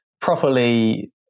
properly